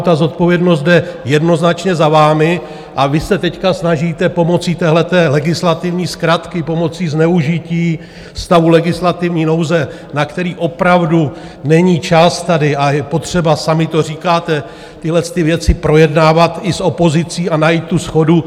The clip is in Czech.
Ta zodpovědnost jde jednoznačně za vámi, a vy se teď snažíte pomocí této legislativní zkratky, pomocí zneužití stavu legislativní nouze, na který opravdu není čas tady, a je potřeba, sami to říkáte, tyto věci projednávat i s opozicí a najít tu shodu.